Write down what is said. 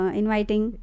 inviting